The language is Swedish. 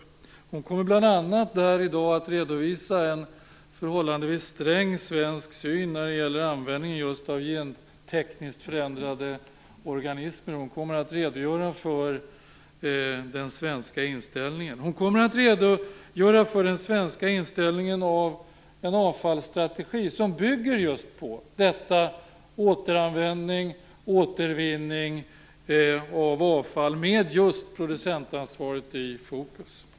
I dag kommer hon bl.a. att redovisa en förhållandevis sträng svensk syn på användningen av gentekniskt förändrade organismer. Hon kommer att redogöra för den svenska inställningen till en avfallsstrategi som bygger just på återanvändning och återvinning av avfall med producentansvaret i fokus.